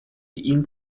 ihn